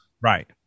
Right